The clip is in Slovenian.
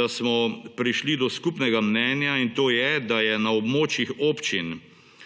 da smo prišli do skupnega mnenja, in to je, da je na območjih občin,